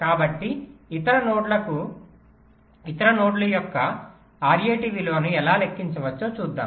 కాబట్టి ఇతర నోడ్ల యొక్క RAT విలువను ఎలా లెక్కించవచ్చో చూద్దాం